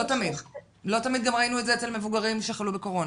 גם ראינו את זה אצל מבוגרים שחלו בקורונה.